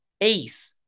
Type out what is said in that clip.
ace